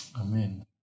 Amen